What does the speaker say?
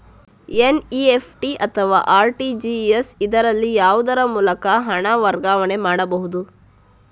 NEFT ಅಥವಾ RTGS, ಇದರಲ್ಲಿ ಯಾವುದರ ಮೂಲಕ ಹಣ ವರ್ಗಾವಣೆ ಮಾಡಬಹುದು?